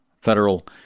federal